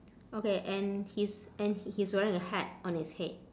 okay and he's and he's wearing a hat on his head